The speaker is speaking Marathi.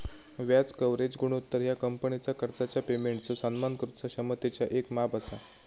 व्याज कव्हरेज गुणोत्तर ह्या कंपनीचा कर्जाच्या पेमेंटचो सन्मान करुचा क्षमतेचा येक माप असा